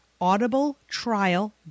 audibletrial